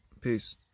Peace